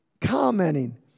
commenting